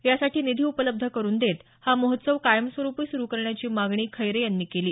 यासाठी निधी उपलब्ध करून देत हा महोत्सव कायमस्वरुपी सुरू करण्याची मागणी खैरे यांनी केली